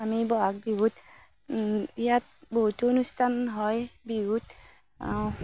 আমি বহাগ বিহুত ইয়াত বহুতো অনুষ্ঠান হয় বিহুত